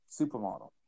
Supermodel